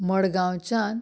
मडगांवच्यान